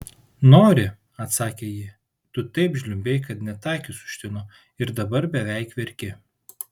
nori atsakė ji tu taip žliumbei kad net akys užtino ir dabar beveik verki